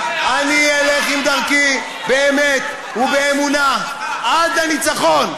"משיחי" אני אלך עם דרכי באמת ובאמונה עד הניצחון,